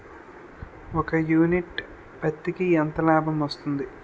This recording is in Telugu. ఒక యూనిట్ పత్తికి ఎంత లాభం వస్తుంది?